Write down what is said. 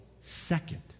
second